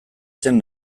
zen